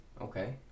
Okay